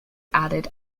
added